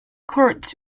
kurds